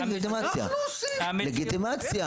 דה לגיטימציה.